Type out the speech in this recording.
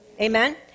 Amen